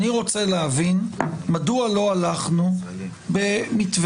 אני רוצה להבין מדוע לא הלכנו במתווה